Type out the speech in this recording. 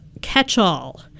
catch-all